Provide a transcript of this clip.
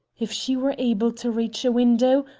if she were able to reach a window,